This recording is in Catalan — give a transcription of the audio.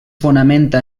fonamenta